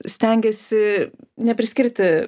stengiasi nepriskirti